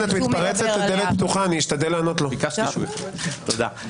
אני אשמח מאוד.